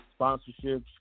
sponsorships